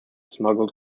smuggled